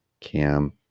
Cam